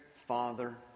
Father